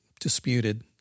disputed